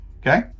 okay